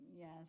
Yes